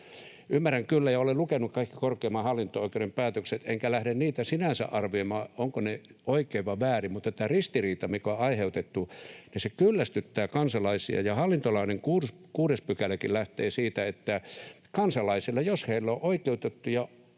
Ymmärrän kyllä ja olen lukenut kaikki korkeimman hallinto-oikeuden päätökset, enkä lähde niitä sinänsä arvioimaan, ovatko ne oikein vai väärin, mutta tämä ristiriita, mikä on aiheutettu, kyllästyttää kansalaisia. Hallintolain 6 §:kin lähtee siitä, että jos kansalaisilla on oikeutettuja